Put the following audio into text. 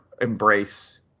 embrace